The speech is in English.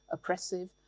oppressive,